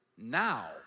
Now